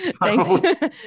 thanks